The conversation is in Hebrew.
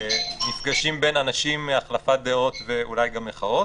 מפגשים בין אנשים, החלפת דעות ואולי גם מחאות.